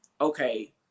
okay